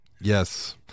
Yes